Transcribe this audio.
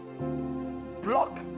block